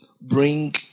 bring